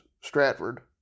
Stratford